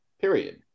period